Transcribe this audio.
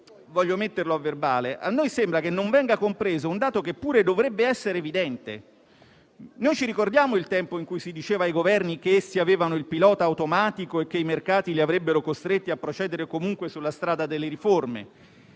agli atti - a noi sembra che non venga compreso un dato che pure dovrebbe essere evidente. Ricordiamo il tempo in cui si rimproverava ai Governi di avere il pilota automatico e che i mercati li avrebbero costretti a procedere comunque sulla strada delle riforme,